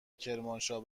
کرمانشاه